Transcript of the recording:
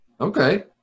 Okay